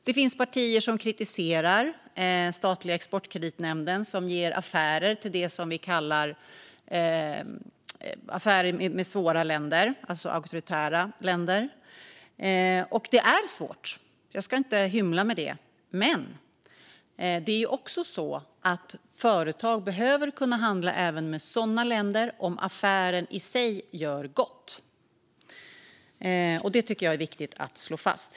Det finns partier som kritiserar den statliga Exportkreditnämnden, som ger lån till affärer med det som vi kallar för svåra länder, alltså auktoritära länder. Och det är svårt; jag ska inte hymla med det. Men det är också så att företag behöver kunna handla även med sådana länder om affären i sig gör gott. Det tycker jag är viktigt att slå fast.